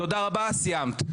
תודה רבה סיימת,